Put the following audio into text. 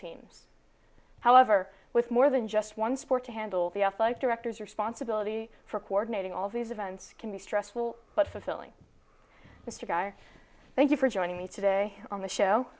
teams however with more than just one sport to handle the off like directors responsibility for coordinating all these events can be stressful but fulfilling mr guy thank you for joining me today on the show